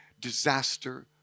disaster